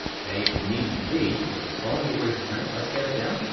okay? it needed to be, watch this. if i wanna get ready for print, if i scale it down,